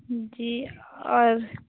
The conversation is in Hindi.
जी और